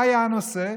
מה היה הנושא?